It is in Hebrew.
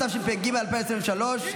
התשפ"ג 2023,